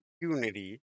unity